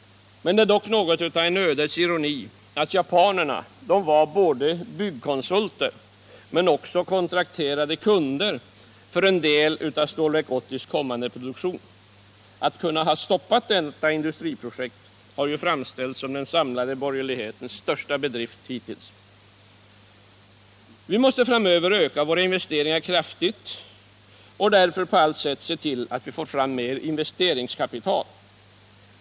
Det är dock något av en ödets ironi att japanerna var både byggkonsulter och kontrakterade kunder för en del av Stålverk 80:s kommande produktion. Att kunna stoppa detta industriprojekt har ju framställts som den samlade borgerlighetens största bedrift hittills. Vi måste framöver öka våra investeringar kraftigt och därför på allt sätt se till att vi får fram mer investeringskapital.